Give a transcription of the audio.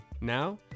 Now